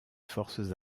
forces